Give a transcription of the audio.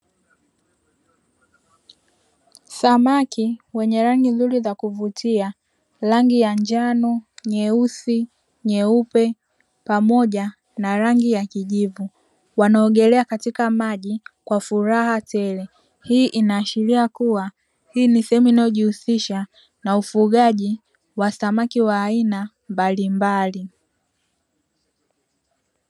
Samaki wenye rangi nzuri za kuvutia: rangi ya njano, nyeusi, nyeupe pamoja na rangi ya kijivu. Wanaogelea katika maji kwa furaha tele. Hii inaashiria kuwa hii ni sehemu inayojihusisha na ufugaji wa samaki wa aina mbalimbali.